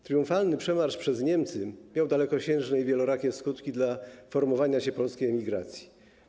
Triumfalny przemarsz przez Niemcy miał dalekosiężne i wielorakie skutki dla formowania się polskiej emigracji.